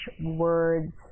words